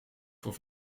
voor